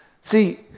See